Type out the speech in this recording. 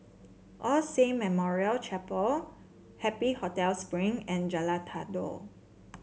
All Saint Memorial Chapel Happy Hotel Spring and Jalan Datoh